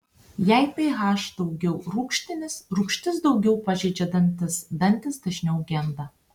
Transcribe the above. jei ph daugiau rūgštinis rūgštis daugiau pažeidžia dantis dantys dažniau genda